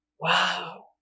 Wow